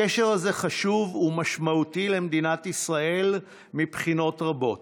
הקשר הזה חשוב ומשמעותי למדינת ישראל מבחינות רבות,